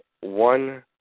one